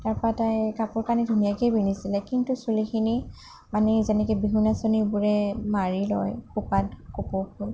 তাৰপৰা তাই কাপোৰ কানি ধুনীয়াকেই পিন্ধিছিলে কিন্তু চুলিখিনি মানে যেনেকৈ বিহু নাচনীবোৰে মাৰি লয় খোপাত কপৌ ফুল